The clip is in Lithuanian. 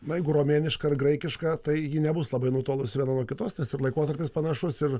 na jeigu romėniška ar graikiška tai ji nebus labai nutolusi viena nuo kitos nes ten laikotarpis panašus ir